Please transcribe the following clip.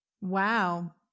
Wow